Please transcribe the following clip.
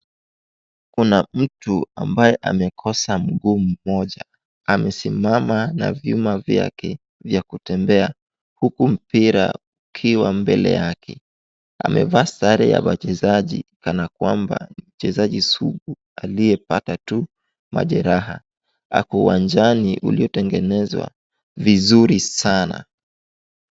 Kuna mtu ambaye amekosa mguu mmoja, amesimama na vyuma vyake vya kutembea huku mpira, ukiwa mbele yake, amevaa sare ya wachezaji kana kwamba ni mchezaji sugu aliyepata tu majeraha, ako uwanjani uliotengenezwa vizuri sana.